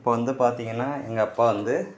இப்போ வந்து பார்த்தீங்கன்னா எங்கள் அப்பா வந்து